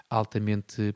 altamente